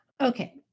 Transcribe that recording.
Okay